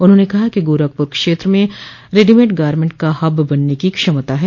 उन्होंने कहा कि गोरखपुर क्षेत्र में रेडीमेड गारमेंट का हब बनने की क्षमता है